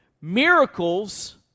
miracles